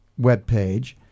webpage